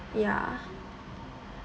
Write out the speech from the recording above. ya